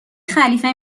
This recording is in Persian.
خلیفه